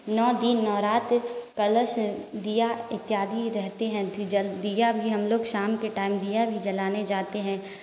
नौ दिन नवरात कलश दिया इत्यादि रहते हैं तो दिया भी हम लोग शाम के टाइम दिया भी जलाने जाते हैं